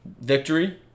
victory